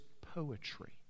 poetry